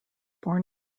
born